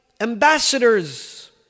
ambassadors